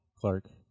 Clark